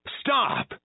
Stop